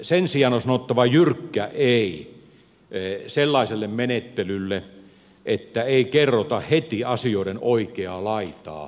sen sijaan on sanottava jyrkkä ei sellaiselle menettelylle että ei kerrota heti asioiden oikeaa laitaa eduskunnalle